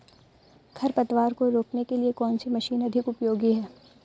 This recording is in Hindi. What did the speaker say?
खरपतवार को रोकने के लिए कौन सी मशीन अधिक उपयोगी है?